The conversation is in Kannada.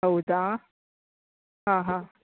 ಹೌದಾ ಹಾಂ ಹಾಂ